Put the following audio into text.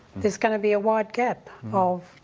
there's gonna be a wide gap of